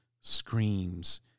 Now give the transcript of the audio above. screams